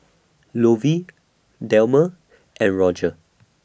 Lovey Delmer and Rodger